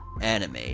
anime